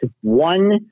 one